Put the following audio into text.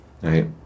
right